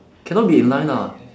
cannot be in line ah